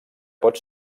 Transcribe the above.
pot